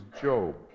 Job